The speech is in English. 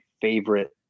favorite